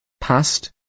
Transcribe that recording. Past